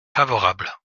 favorable